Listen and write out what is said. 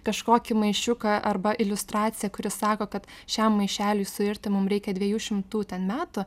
kažkokį maišiuką arba iliustraciją kuri sako kad šiam maišeliui suirti mum reikia dviejų šimtų metų